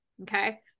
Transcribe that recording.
Okay